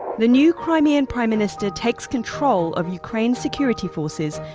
the new crimean prime minister takes control of ukraine's security forces,